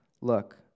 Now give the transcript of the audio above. Look